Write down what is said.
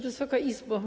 Wysoka Izbo!